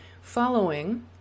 following